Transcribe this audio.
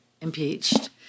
impeached